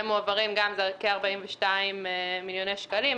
בסך של כ-42 מיליוני שקלים,